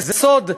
זה סוד,